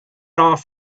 off